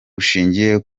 bushingiye